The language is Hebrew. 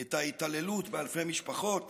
את ההתעללות באלפי משפחות